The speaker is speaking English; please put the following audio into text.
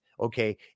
Okay